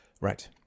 right